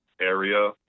area